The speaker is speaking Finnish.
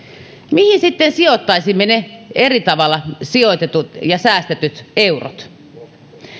mihin sitten sijoittaisimme ne eri tavalla sijoitetut ja säästetyt eurot